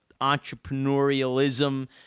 entrepreneurialism